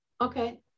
okay